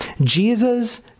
Jesus